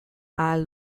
ahal